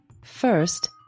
First